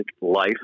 life